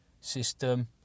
system